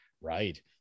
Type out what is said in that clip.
Right